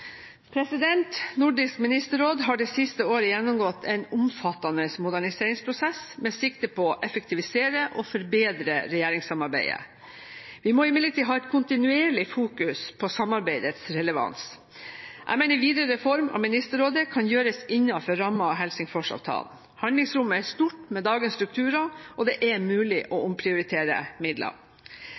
Nordisk ministerråd har det siste året gjennomgått en omfattende moderniseringsprosess med sikte på å effektivisere og forbedre regjeringssamarbeidet. Vi må imidlertid ha et kontinuerlig fokus på samarbeidets relevans. Jeg mener en videre reform av Ministerrådet kan gjøres innenfor rammen av Helsingforsavtalen. Handlingsrommet er stort med dagens strukturer – og det er mulig å omprioritere midler.